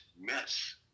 mess